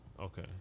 okay